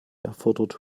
erfordert